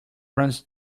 runs